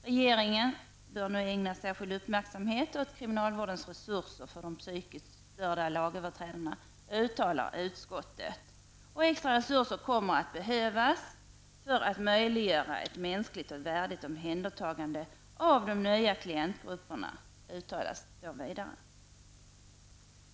Regeringen bör nu ägna särskild uppmärksamhet åt kriminalvårdens resurser för de psykiskt störda lagöverträdarna, uttalar utskottet. Extra resurser kommer att behövas för att möjliggöra ett mänskligt och värdigt omhändertagande av de nya klientgrupperna, uttalar utskottet vidare.